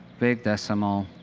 big decimal,